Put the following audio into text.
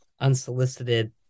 unsolicited